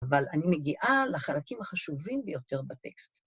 אבל אני מגיעה לחלקים החשובים ביותר בטקסט.